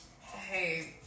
Hey